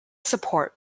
support